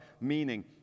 meaning